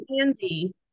andy